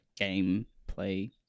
gameplay